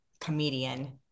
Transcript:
comedian